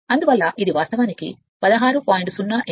అందువల్ల ఇది వాస్తవానికి 16